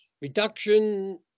reduction